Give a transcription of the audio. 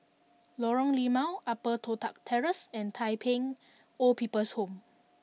Lorong Limau Upper Toh Tuck Terrace and Tai Pei Old People's Home